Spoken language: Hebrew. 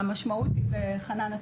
וחנן,